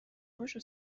هاشو